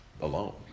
alone